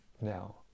now